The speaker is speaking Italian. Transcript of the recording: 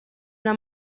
una